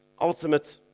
Ultimate